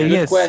Yes